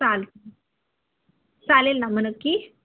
चाल चालेल ना मग नक्की